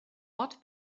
ort